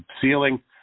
ceiling